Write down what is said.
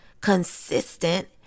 consistent